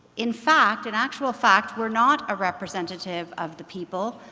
in fact, an actual fact we're not a representative of the people.